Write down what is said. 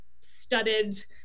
studded